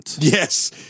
Yes